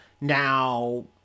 Now